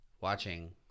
watching